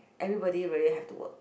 everybody really have to work